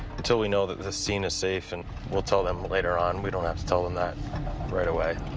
until we know that the scene is safe, and we'll tell them later on. we don't have to tell them that right away.